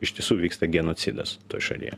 iš tiesų vyksta genocidas toj šalyje